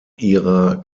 ihrer